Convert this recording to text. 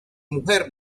mujer